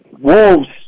Wolves